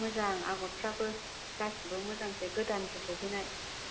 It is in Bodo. मोजां आगरफ्राबो गासिबो मोजांसो गोदानसो सफैनाय